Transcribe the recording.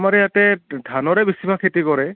আমাৰ ইয়াতে ধানৰে বেছিভাগ খেতি কৰে